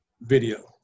video